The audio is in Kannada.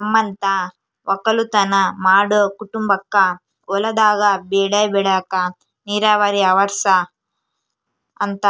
ನಮ್ಮಂತ ವಕ್ಕಲುತನ ಮಾಡೊ ಕುಟುಂಬಕ್ಕ ಹೊಲದಾಗ ಬೆಳೆ ಬೆಳೆಕ ನೀರಾವರಿ ಅವರ್ಸ ಅಂತ